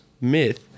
myth